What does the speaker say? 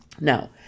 Now